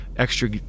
extra